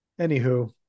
Anywho